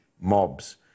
mobs